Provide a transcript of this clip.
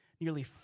nearly